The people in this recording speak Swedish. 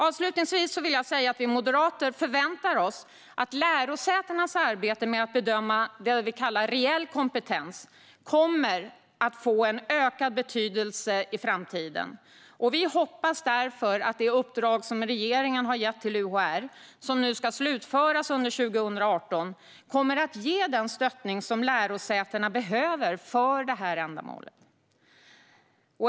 Avslutningsvis vill jag säga att vi moderater förväntar oss att lärosätenas arbete med att bedöma det vi kallar reell kompetens kommer att få ökad betydelse i framtiden. Vi hoppas därför att det uppdrag som regeringen har gett till UHR, som ska slutföras under 2018, kommer att ge den stöttning som lärosätena behöver för detta ändamål.